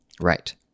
Right